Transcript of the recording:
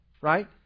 right